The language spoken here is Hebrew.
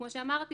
כמו שאמרתי,